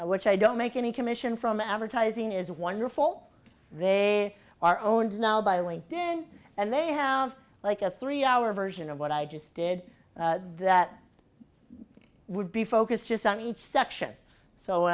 which i don't make any commission from advertising is wonderful they are own now by linked in and they have like a three hour version of what i just did that would be focused just on each section so